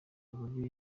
uburyo